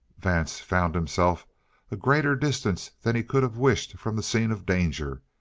vance found himself a greater distance than he could have wished from the scene of danger,